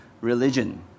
religion